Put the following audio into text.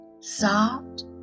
soft